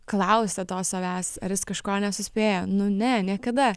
klausia to savęs ar jis kažko nesuspėja nu ne niekada